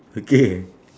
okay